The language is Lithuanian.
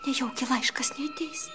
nejaugi laiškas neateis